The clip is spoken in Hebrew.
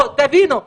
תבינו,